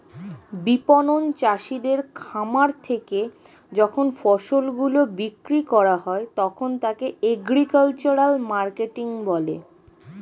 বিপণন চাষীদের খামার থেকে যখন ফসল গুলো বিক্রি করা হয় তখন তাকে এগ্রিকালচারাল মার্কেটিং বলে